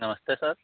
नमस्ते सर